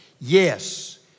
Yes